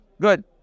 Good